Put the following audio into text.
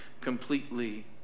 completely